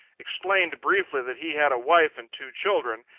explained briefly that he had a wife and two children,